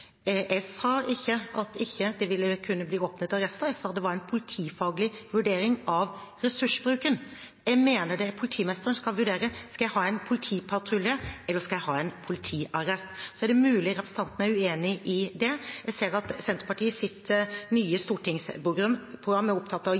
Jeg sa ikke at det ikke ville kunne bli åpnet arrester. Jeg sa det var en politifaglig vurdering av ressursbruken. Jeg mener det er politimesteren som skal vurdere det, om en skal ha en politipatrulje eller en politiarrest. Så er det mulig representanten er uenig i det. Vi ser at Senterpartiet i sitt nye